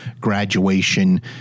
graduation